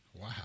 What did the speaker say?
Wow